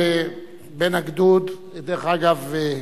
דרך אגב,